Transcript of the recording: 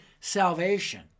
salvation